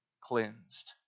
cleansed